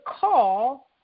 call